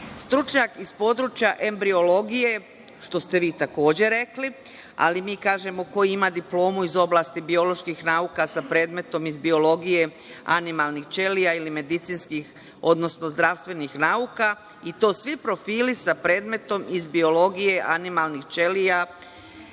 stručnjak iz područja embriologije, što ste vi takođe rekli, ali mi kažemo – koji ima diplomu iz oblasti bioloških nauka sa predmetom iz biologije animalnih ćelija ili medicinskih, odnosno zdravstvenih nauka, i to svi profili sa predmetom iz biologije animalnih ćelija,